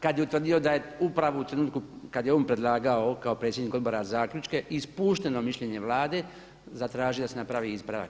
Kada je utvrdio da je upravo u trenutku, kada je on predlagao kao predsjednik odbora zaključke ispušteno mišljenje Vlade zatražio da se napravi ispravak.